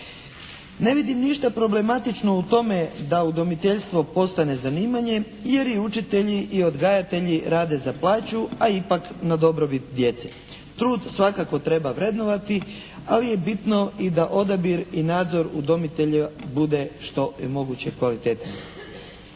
Na vidim ništa problematično u tome da udomiteljstvo postane zanimanje, jer i učitelji i odgajatelji rade za plaću a ipak na dobrobit djece. Trud svakako treba vrednovati ali je bitno i da odabir i nadzor udomitelja bude što je moguće kvalitetnije.